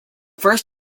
first